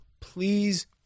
please